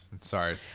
Sorry